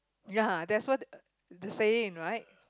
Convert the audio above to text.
ya that's what they're saying right